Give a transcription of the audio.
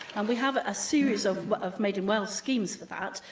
and we have a series of of made-in-wales schemes for that,